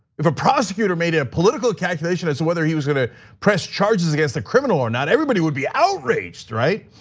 if a prosecutor made a political calculation as to whether he was going to press charges against a criminal or not, everybody would be outraged, right?